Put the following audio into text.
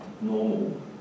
normal